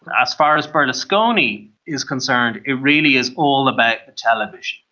as far as berlusconi is concerned it really is all about television.